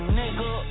nigga